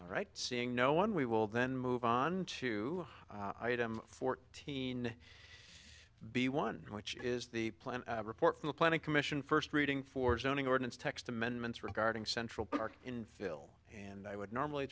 right seeing no one we will then move on to fourteen b one which is the plan report from the planning commission first reading for zoning ordinance text amendments regarding central park in phil and i would normally